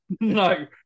No